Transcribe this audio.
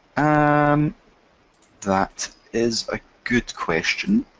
and that is a good question,